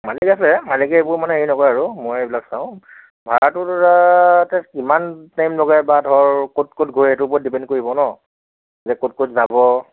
মালিক আছে মালিকে এইবোৰ মানে হেৰি নকৰে আৰু ময়ে এইবিলাক চাওঁ ভাড়াটো দাদা এতিয়া কিমান টাইম লগাই বা ধৰ ক'ত ক'ত গৈ সেইটোৰ ওপৰত ডিপেণ্ড কৰিব ন যে ক'ত ক'ত যাব